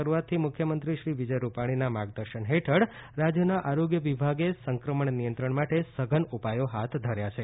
રાજ્યમાં કોરોનાની શરૂઆતથી મુખ્યમંત્રી શ્રી વિજય રૂપાણીનાં માર્ગદર્શન હેઠળ રાજ્યનાં આરોગ્ય વિભાગે સંક્રમણ નિયંત્રણ માટે સઘન ઉપાયો હાથ ઘર્યા છે